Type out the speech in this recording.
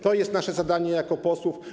To jest nasze zadanie jako posłów.